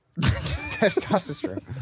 Testosterone